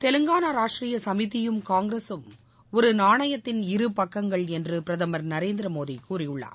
தெலுங்கானா ராஷ்ட்ரீய சமிதியும் காங்கிரகம் ஒரு நாணயத்தின் இரு பக்கங்கள் என்று பிரதமர் நரேந்திரமோடி கூறியுள்ளார்